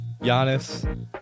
Giannis